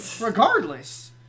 Regardless